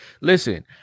Listen